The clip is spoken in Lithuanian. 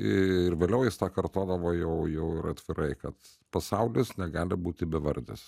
ir vėliau jis tą kartodavo jau jau ir atvirai kad pasaulis negali būti bevardis